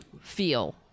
feel